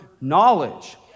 knowledge